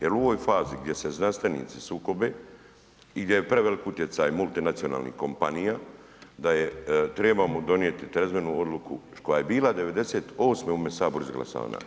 Jer u ovoj fazi gdje se znanstvenici sukobe i gdje je prevelik utjecaj multinacionalnih kompanija, da je trebamo donijeti trezvenu odluku koja je bila 98. u ovome Saboru izglasana.